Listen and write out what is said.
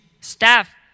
staff